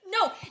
No